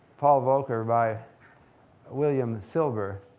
paul volcker by william silber.